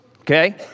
okay